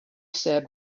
said